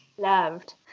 Loved